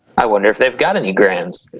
i wonder if they've got any grahams!